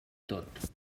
tot